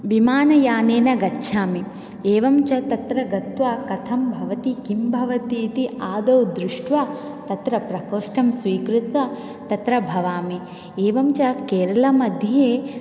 विमानयानेन गच्छामि एवञ्च तत्र गत्वा कथं भवति किं भवति इति आदौ दृष्ट्वा तत्र प्रकोष्ठं स्वीकृत्वा तत्र भवामि एवञ्च केरलामध्ये